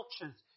cultures